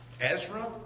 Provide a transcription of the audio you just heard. Ezra